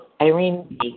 Irene